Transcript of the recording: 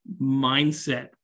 mindset